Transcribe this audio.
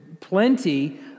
plenty